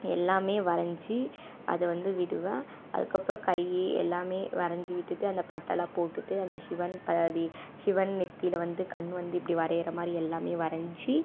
எல்லாமே வரைஞ்சி அதை வந்து விடுவேன் அதுக்கப்புறம் கை எல்லாமே வரைஞ்சி விட்டுட்டு அந்த பட்டலாம் போட்டுட்டு அந்த சிவன் பாதி சிவன் நெற்றில வந்து கண்ணு வந்து இப்படி வரைகிற மாதிரி எல்லாமே வரைஞ்சி